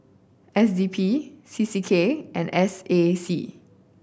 S D P C C K and S A C